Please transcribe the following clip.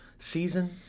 Season